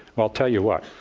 well, i'll tell you what.